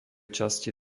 časti